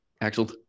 Axel